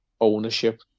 ownership